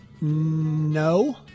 no